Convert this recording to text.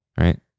right